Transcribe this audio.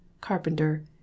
Carpenter